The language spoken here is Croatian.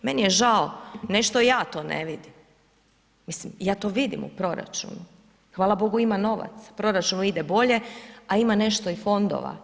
Meni je žao, ne što ja to ne vidim, mislim, ja to vidim u proračunu, hvala Bogu, ima novaca, proračunu ide bolje, a ima nešto i fondova.